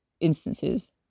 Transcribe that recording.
instances